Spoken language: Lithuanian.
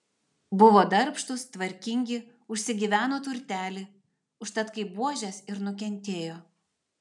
buvo darbštūs tvarkingi užsigyveno turtelį užtat kaip buožės ir nukentėjo